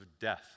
death